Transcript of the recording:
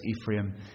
Ephraim